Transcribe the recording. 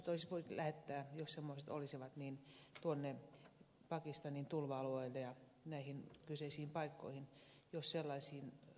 tämmöiset voisi lähettää jos semmoiset olisivat olemassa tuonne pakistanin tulva alueille ja näihin kyseisiin paikkoihin jos sellaisiin ryhdyttäisiin